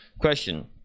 Question